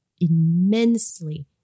immensely